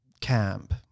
Camp